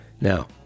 Now